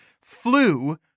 flew